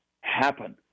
happen